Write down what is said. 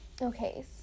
Okay